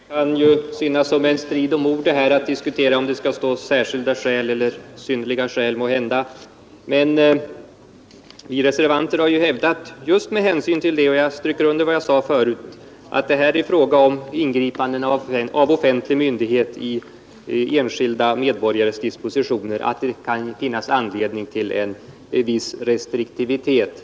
Herr talman! Det kan ju synas som en strid om ord att diskutera om det skall stå ”särskilt skäl” eller ”synnerliga skäl”. Men vi reservanter har hävdat just med hänsyn till — och jag stryker under vad jag sade förut — att det här är fråga om ingripanden av offentlig myndighet i enskilda medborgares dispositioner och att det därför kan finnas anledning till en viss restriktivitet.